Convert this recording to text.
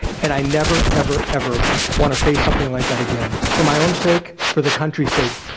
and i never ever, ever want to face something like that again. for my own sake, for the country's sake,